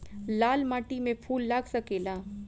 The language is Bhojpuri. लाल माटी में फूल लाग सकेला?